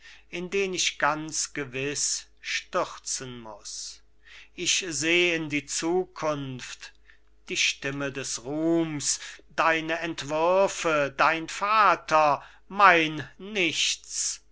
in den ich ganz gewiß stürzen muß ich seh in die zukunft die stimme des ruhms deine entwürfe dein vater mein nichts